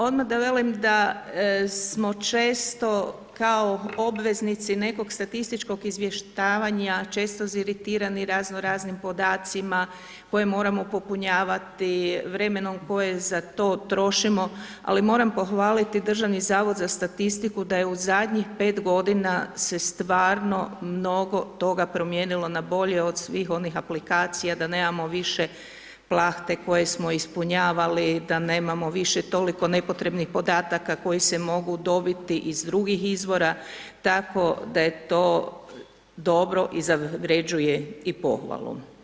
Odmah da velim da smo često kao obveznici nekog statističkog izvještavanja često iziritirani razno raznim podacima koje moramo popunjavati, vremenom koje za to trošimo, ali moram pohvaliti Državni zavod za statistiku da je u zadnjih 5 godina se stvarno mnogo toga promijenilo na bolje od svih onih aplikacija da nemamo više plahte koje smo ispunjavali, da nemamo više toliko nepotrebnih podataka koji se mogu dobiti iz drugih izvora, tako da je to dobro i zavređuje i pohvalu.